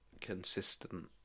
consistent